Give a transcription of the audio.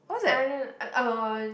I didn't uh uh